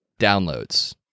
downloads